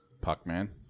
Puckman